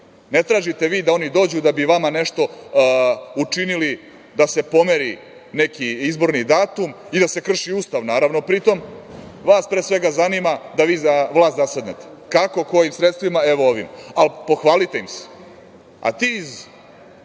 ne tražite vi da oni dođu da bi vama nešto učinili da se pomeri neki izborni datum i da se krši Ustav, naravno, pri tome, vas pre svega zanima da vi za vlast zasednete. Kako? Kojim sredstvima? Evo, ovim. Ali, pohvalite im se.A ti iz